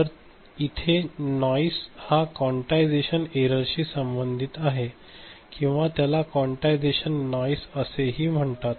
तर येथे नॉईस हा क्वांटिझेशन एररशी संबंधित आहे किंवा त्याला क्वान्टायझेशन नॉईस असेही म्हणतात